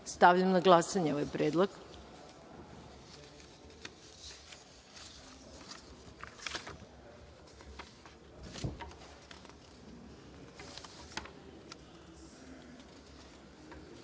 Stavljam na glasanje ovaj predlog. Molim